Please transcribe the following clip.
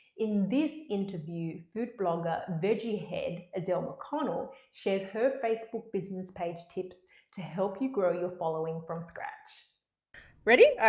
in this interview, food blogger vegiehead adele mcconnell shares her facebook business page tips to help you grow your following from scratch ready? alright,